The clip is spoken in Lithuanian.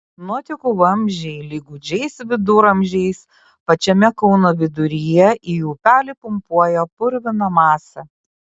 nuotekų vamzdžiai lyg gūdžiais viduramžiais pačiame kauno viduryje į upelį pumpuoja purviną masę